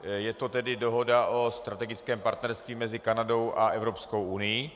Je to tedy dohoda o strategickém partnerství mezi Kanadou a Evropskou unií.